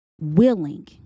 willing